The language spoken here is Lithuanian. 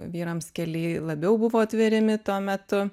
vyrams keliai labiau buvo atveriami tuo metu